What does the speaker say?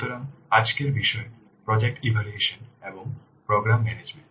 সুতরাং আজকের বিষয় প্রজেক্ট ইভ্যালুয়েশন এবং প্রোগ্রাম ম্যানেজমেন্ট